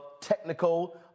technical